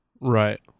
Right